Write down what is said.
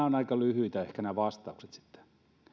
ovat aika lyhyitä sitten